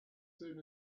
soon